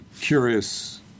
curious